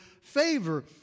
favor